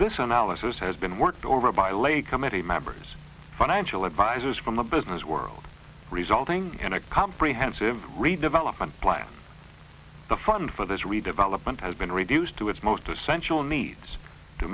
this analysis has been worked over by lay committee members financial advisers from the business world resulting in a comprehensive redevelopment plan the fund for this redevelopment has been reduced to its most essential needs to